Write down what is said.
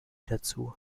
dazu